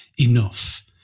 enough